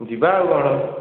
ଯିବା ଆଉ କ'ଣ